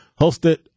hosted